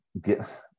get